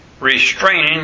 restraining